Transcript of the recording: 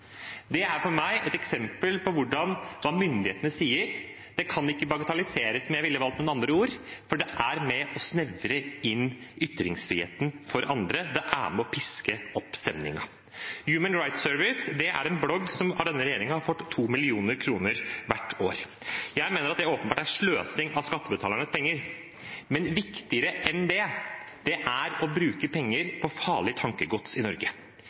Det er for meg et eksempel på at hva myndighetene sier, ikke kan bagatelliseres med at man ville valgt noen andre ord, for det er med og snevrer inn ytringsfriheten for andre, det er med og pisker opp stemningen. Human Rights Service er en blogg som av denne regjeringen har fått 2 mill. kr hvert år. Jeg mener at det åpenbart er sløsing med skattebetalernes penger. Men viktigere enn det – det er å bruke penger på farlig tankegods i Norge.